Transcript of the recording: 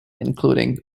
including